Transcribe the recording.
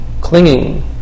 clinging